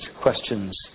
questions